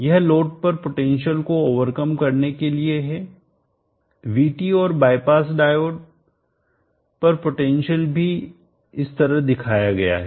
यह लोड पर पोटेंशियल को ओवरकम करने के लिए है VT और बाईपास डायोड पर पोटेंशियल भी इस तरह दिखाया गया है